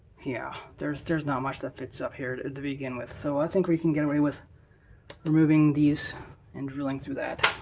yeah there's, there's not much that fits up here to to begin with. so i think we can get away with removing these and drilling through that.